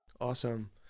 Awesome